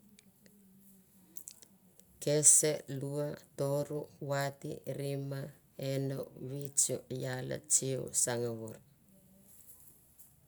kese, lua toru, vati, rima. enu. vitsio. ia. tsio. sangvor